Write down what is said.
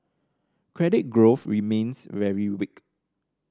credit growth remains very weak